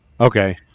Okay